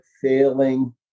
failing